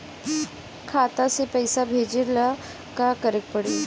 खाता से पैसा भेजे ला का करे के पड़ी?